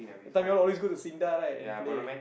that time you all always go to Sinda right and play